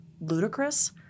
ludicrous –